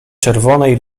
czerwonej